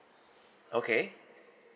okay